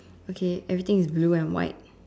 okay everything is blue and white